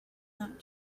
that